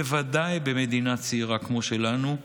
בוודאי במדינה צעירה כמו שלנו,